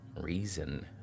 reason